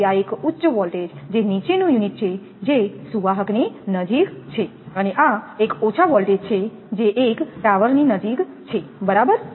તેથી આ એક ઉચ્ચ વોલ્ટેજ જે નીચેનું યુનિટ છે જે સુવાહક ની નજીક છે અને આ એક ઓછા વોલ્ટેજ છે જે એક ટાવરની નજીક છે બરાબર